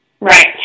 Right